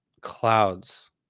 clouds